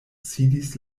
sidis